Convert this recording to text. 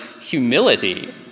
humility